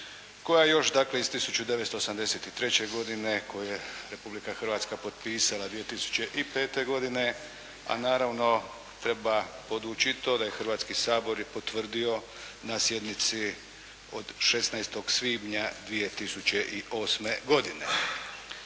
koja još dakle iz 1983. godine koje Republika Hrvatska potpisala 2005. godine, a naravno treba podvući i to da je Hrvatski sabor i potvrdio na sjednici od 16. svibnja 2008. godine.